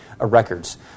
records